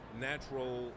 natural